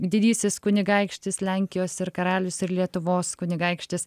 didysis kunigaikštis lenkijos ir karalius ir lietuvos kunigaikštis